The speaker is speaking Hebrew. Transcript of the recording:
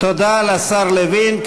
תודה לשר לוין.